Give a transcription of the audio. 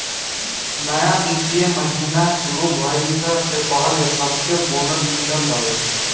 नया वित्तीय महिना शुरू भईला से पहिले सबके बोनस मिलत हवे